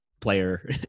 player